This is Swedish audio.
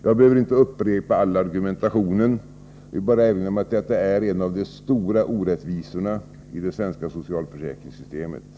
Jag behöver inte upprepa all argumentation, utan jag vill bara erinra om att detta är en av de stora orättvisorna i det svenska socialförsäkringssystemet.